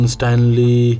Stanley